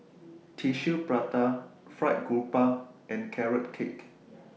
Tissue Prata Fried Grouper and Carrot Cake